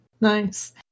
Nice